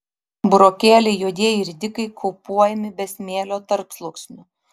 burokėliai juodieji ridikai kaupuojami be smėlio tarpsluoksnių